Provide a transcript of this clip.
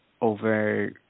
over